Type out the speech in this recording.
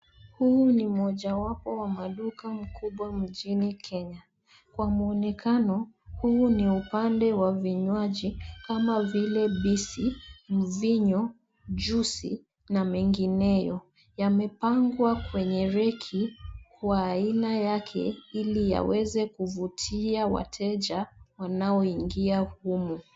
Huu ni mojawapo wa maduka mkubwa mjini Kenya. Kwa mwonekano, huu ni upande wa vinywaji kama vile bisi, mvinyo, juisi na mengineyo. Yamepangwa kwenye reki kwa aina yake ili yaweze kuvutia wateja wanaoingia humu.